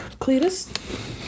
Cletus